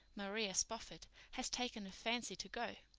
maria spofford, has taken a fancy to go.